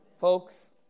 Folks